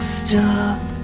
stop